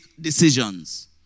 decisions